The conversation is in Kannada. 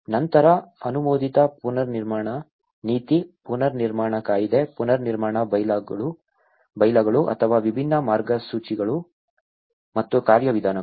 ನಂತರ ಅನುಮೋದಿತ ಪುನರ್ನಿರ್ಮಾಣ ನೀತಿ ಪುನರ್ನಿರ್ಮಾಣ ಕಾಯಿದೆ ಪುನರ್ನಿರ್ಮಾಣ ಬೈಲಾಗಳು ಅಥವಾ ವಿಭಿನ್ನ ಮಾರ್ಗಸೂಚಿಗಳು ಮತ್ತು ಕಾರ್ಯವಿಧಾನಗಳು